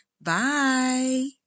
Bye